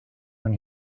when